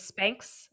Spanx